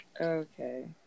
Okay